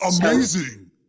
Amazing